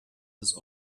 ist